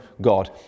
God